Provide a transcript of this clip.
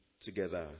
together